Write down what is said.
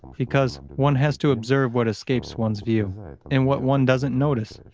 because one has to observe what escapes one's view and what one doesn't notice.